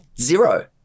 zero